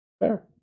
Fair